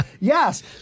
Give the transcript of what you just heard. yes